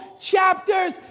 chapters